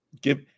give